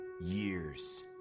Years